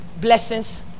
blessings